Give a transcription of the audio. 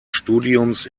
studiums